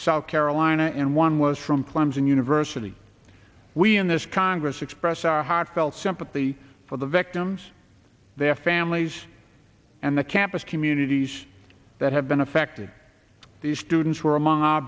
south carolina and one was from clemson university we in this congress express our heartfelt sympathy for the victims their families and the campus communities that have been affected the students were among